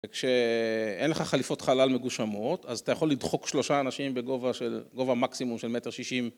וכשאין לך חליפות חלל מגושמות, אז אתה יכול לדחוק שלושה אנשים בגובה מקסימום של מטר שישים.